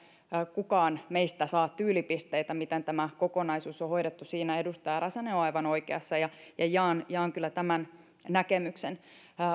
kukaan meistä saa tyylipisteitä tästä miten tämä kokonaisuus on hoidettu siinä edustaja räsänen on aivan oikeassa ja ja jaan jaan kyllä tämän näkemyksen